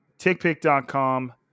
tickpick.com